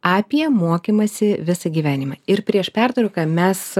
apie mokymąsi visą gyvenimą ir prieš pertrauką mes